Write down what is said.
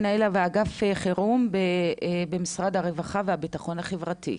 מנהל אגף חירום במשרד הרווחה והביטחון החברתי.